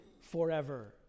forever